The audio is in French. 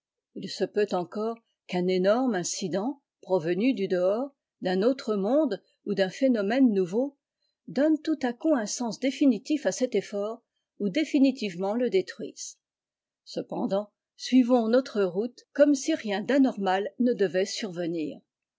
il se peut encore qu'un éqorm incident provenu du dehors d'un autre monde ou d'un phénomène nouveau donne tout à coup un sens définitif à cet effort ou définitivement le détruise cependant suivons notre route comme si rien d'anormal ne devait survenir